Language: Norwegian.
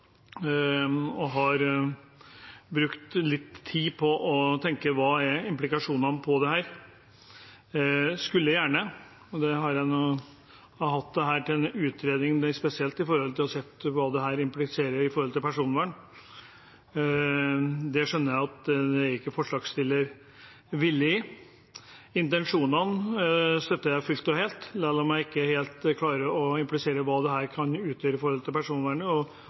har jeg brukt litt tid på å tenke igjennom implikasjonene av dette. Jeg skulle gjerne hatt det til utredning, spesielt for å se på hva det impliserer for personvernet. Det skjønner jeg at forslagsstilleren ikke er villig til. Intensjonene støtter jeg fullt og helt, selv om jeg ikke helt klarer å se hva dette kan implisere for personvernet. Venstre kommer da til